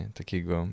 takiego